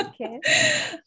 okay